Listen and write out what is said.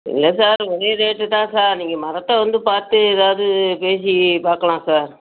இல்லை சார் ஒரே ரேட்டு தான் சார் நீங்கள் மரத்தை வந்து பார்த்து எதாவது பேசி பார்க்கலாம் சார்